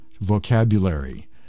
vocabulary